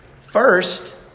First